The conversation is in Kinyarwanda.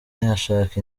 ashaka